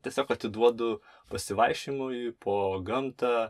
tiesiog atiduodu pasivaikščiojimui po gamtą